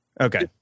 Okay